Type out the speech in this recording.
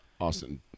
Austin